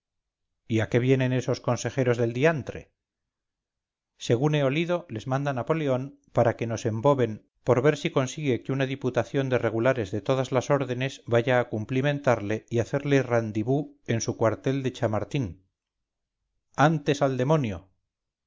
a qué vienen esos consejeros del diantre según he olido les manda napoleón paraque nos emboben por ver si consigue que una diputación de regulares de todas las ordenes vaya a cumplimentarle y hacerle randibú en su cuartel de chamartín antes al demonio